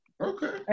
Okay